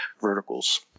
verticals